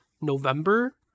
November